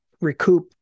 recoup